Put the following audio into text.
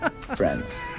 friends